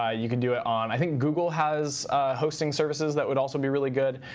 ah you can do it on i think google has hosting services that would also be really good.